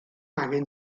angen